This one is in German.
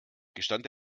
gestand